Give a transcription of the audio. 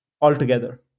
altogether